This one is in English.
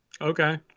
okay